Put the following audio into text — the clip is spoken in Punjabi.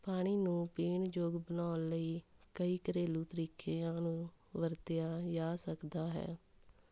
ਪਾਣੀ ਨੂੰ ਪੀਣ ਯੋਗ ਬਣਾਉਣ ਲਈ ਕਈ ਘਰੇਲੂ ਤਰੀਕਿਆਂ ਨੂੰ ਵਰਤਿਆ ਜਾ ਸਕਦਾ ਹੈ